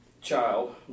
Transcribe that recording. child